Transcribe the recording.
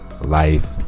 Life